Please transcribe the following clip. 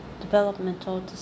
developmental